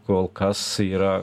kol kas yra